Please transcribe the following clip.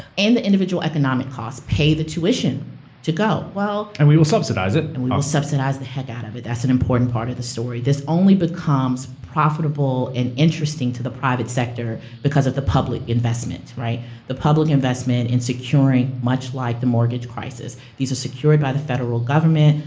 and the individual economic costs, pay the tuition to go. and we will subsidize it. and we will subsidize the heck out of it. that's an important part of the story. this only becomes profitable and interesting to the private sector, because of the public investment. the public investment in securing, much like the mortgage crisis, these are secured by the federal government,